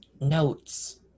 Notes